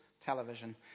television